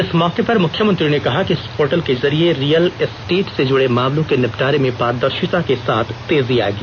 इस मौके पर मुख्यमंत्री ने कहा कि इस पोर्टल के जरिये रियल एस्टेट से जुड़े मामलों के निबटारे में पारदर्शिता के साथ तेजी आयेगी